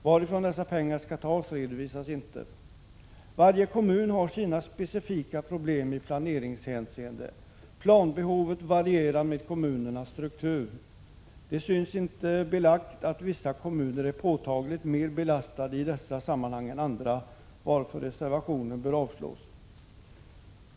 Varifrån dessa pengar skall tas 9 redovisas inte. Varje kommun har sina specifika problem i planeringshänseende. Planbehovet varierar med kommunernas struktur. Det synes inte belagt att vissa kommuner är påtagligt mer belastade i dessa sammanhang än andra, varför reservationen bör avslås.